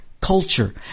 culture